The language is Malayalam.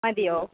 അതെയോ